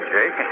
Jake